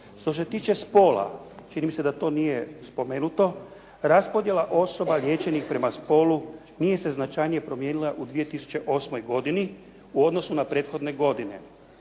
Što se tiče spola, čini mi se da to nije spomenuto, raspodjela osoba liječenih prema spolu nije se značajnije promijenila u 2008. godini u odnosu na prethodne godine.